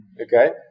Okay